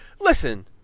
Listen